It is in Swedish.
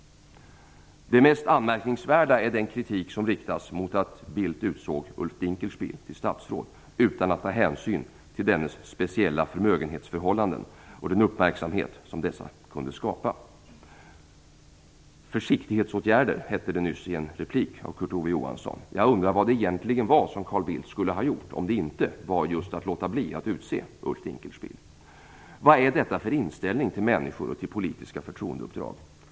Det mest anmärkningsvärda är den kritik som riktas mot att Bildt utsåg Ulf Dinkelspiel till statsråd utan att ta hänsyn till dennes speciella förmögenhetsförhållanden och den uppmärksamhet som dessa kunde skapa. "Försiktighetsåtgärder" hette det nyss i en replik från Kurt Ove Johansson. Jag undrar vad Carl Bildt egentligen skulle ha gjort om det inte var just att låta bli att utse Ulf Dinkelspiel. Vad är detta för slags inställning till människor och till politiska förtroendeuppdrag?